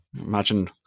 imagine